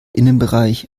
innenbereich